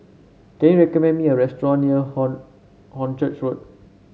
can you recommend me a restaurant near Horn Hornchurch Road